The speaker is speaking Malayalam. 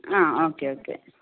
ആ ഓക്കേ ഓക്കേ